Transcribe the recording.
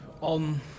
on